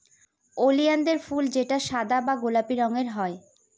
ওলিয়ানদের ফুল যেটা সাদা বা গোলাপি রঙের হয়